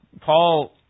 Paul